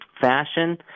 fashion